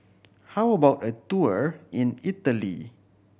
how about a tour in Italy